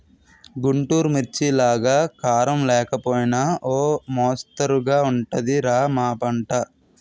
గుంటూరు మిర్చిలాగా కారం లేకపోయినా ఓ మొస్తరుగా ఉంటది రా మా పంట